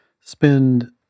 spend